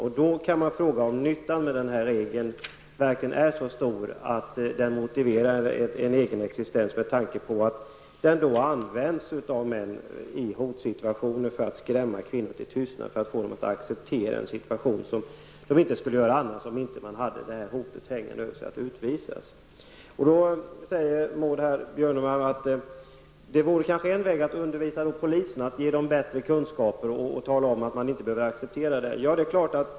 Man kan då fråga sig om nyttan med denna regel verkligen är så stor att den motiverar en egen existens med tanke på att den används av män i hotsituationer för att skrämma kvinnor till tystnad och få dem att acceptera en situation som de inte skulle ha gjort om de inte hade utvisningshotet hängande över sig. Maud Björnemalm säger att en väg vore att undervisa poliserna och ge dem bättre kunskaper och tala om att man inte behöver acceptera det.